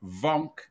Vonk